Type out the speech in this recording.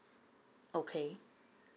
okay